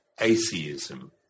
atheism